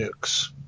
nukes